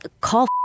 call